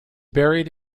buried